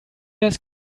das